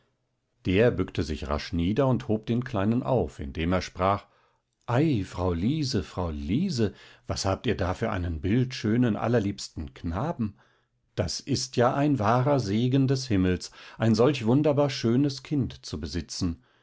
der bückte sich rasch nieder und hob den kleinen auf indem er sprach ei frau liese frau liese was habt ihr da für einen bildschönen allerliebsten knaben das ist ja ein wahrer segen des himmels ein solch wunderbar schönes kind zu besitzen